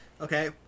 Okay